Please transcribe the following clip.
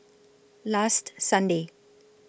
last Sunday